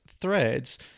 Threads